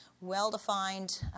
well-defined